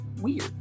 weird